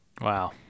Wow